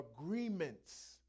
agreements